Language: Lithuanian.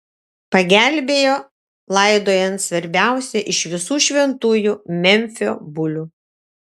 pagelbėjo laidojant svarbiausią iš visų šventųjų memfio bulių